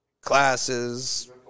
classes